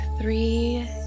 three